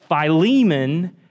Philemon